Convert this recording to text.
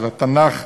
של התנ"ך,